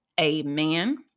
Amen